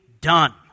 done